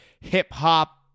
hip-hop